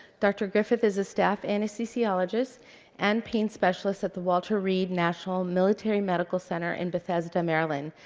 dr. griffith is a staff anesthesiologist and pain specialists at the walter reed national military medical center in bethesda, maryland.